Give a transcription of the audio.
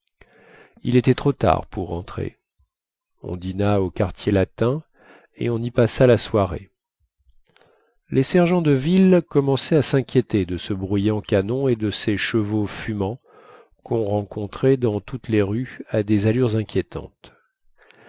il était trop tard pour rentrer on dîna au quartier latin et on y passa la soirée les sergents de ville commençaient à sinquiéter de ce bruyant canon et de ces chevaux fumants quon rencontrait dans toutes les rues à des allures inquiétantes